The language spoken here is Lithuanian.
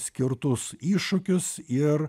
skirtus iššūkius ir